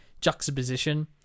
juxtaposition